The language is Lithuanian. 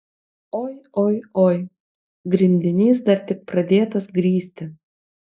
oi oi oi grindinys dar tik pradėtas grįsti